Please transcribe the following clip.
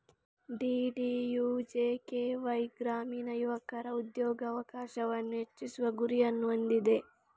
DDUJKY ಗ್ರಾಮೀಣ ಯುವಕರ ಉದ್ಯೋಗಾವಕಾಶವನ್ನು ಹೆಚ್ಚಿಸುವ ಗುರಿಯನ್ನು ಹೊಂದಿದೆ